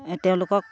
তেওঁলোকক